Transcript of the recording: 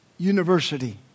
University